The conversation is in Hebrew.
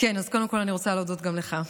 אז קודם כול אני רוצה להודות גם לך,